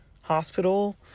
hospital